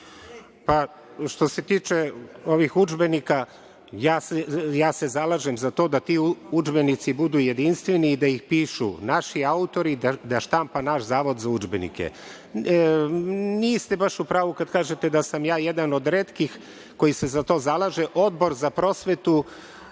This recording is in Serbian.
Što se tiče ovih udžbenika, ja se zalažem za to da ti udžbenici budu jedinstveni i da ih pišu naši autori, da štampa naš Zavod za udžbenike. Niste baš u pravu kada kažete da sam ja jedan od retkih koji se za to zalaže. Odbor za prosvetu